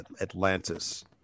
Atlantis